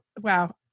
wow